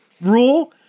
rule